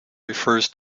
refers